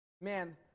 Man